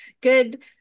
good